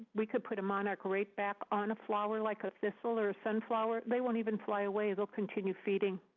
we could put a monarch right back on a flower, like a thistle or a sunflower, they won't even fly away. they'll continue feeding.